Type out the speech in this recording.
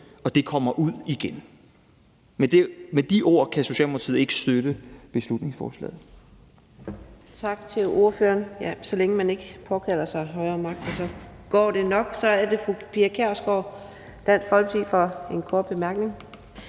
og det kommer ud igen.« Med de ord kan Socialdemokratiet ikke støtte beslutningsforslaget.